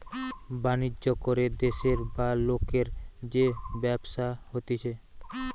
বাণিজ্য করে দেশের বা লোকের যে ব্যবসা হতিছে